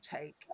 take